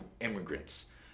immigrants